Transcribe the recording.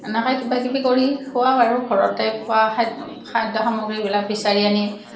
এনেকেই কিবা কিবি কৰি খুৱাও আৰু ঘৰতেই পোৱা খাদ্য খাদ্য সামগ্ৰীবিলাক বিচাৰি আনি